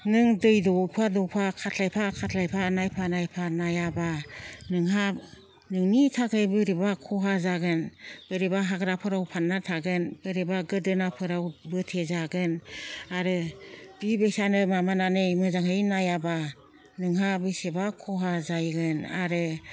नों दै दौफा दौफा खाथायफा खाथायफा नायफा नायफा नायाबा नोंहा नोंनि थाखाय बोरैबा खहा जागोन बोरैबा हाग्राफोराव फानना थागोन बोरैबा गोदोनाफोराव बोथे जागोन आरो बेबायदिनो माबानानै मोजांयै नायाबा नोंहा बेसेबा खहा जाहैगोन आरो